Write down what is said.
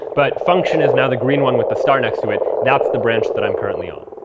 but function is now the green one with the star next to it. that's the branch that i'm currently on.